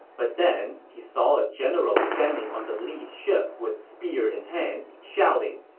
but then, he saw a general standing on the lead ship with spear in hand, shouting,